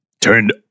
turned